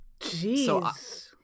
Jeez